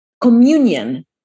communion